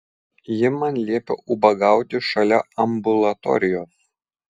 ji man liepė ubagauti šalia ambulatorijos